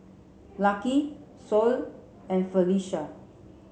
Lucky Sol and Felisha